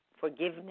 forgiveness